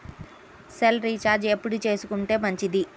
Cell recharge ఎప్పుడు చేసుకొంటే మంచిది?